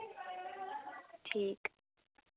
ठीक